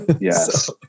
Yes